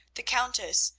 the countess,